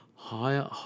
Higher